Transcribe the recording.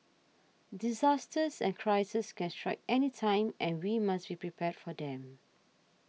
disasters and crises can strike anytime and we must be prepared for them